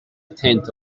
tenth